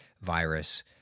virus